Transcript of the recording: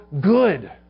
good